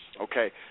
Okay